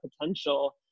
potential